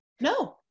No